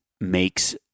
makes